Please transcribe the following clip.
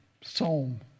Psalm